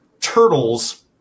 turtles